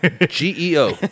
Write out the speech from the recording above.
G-E-O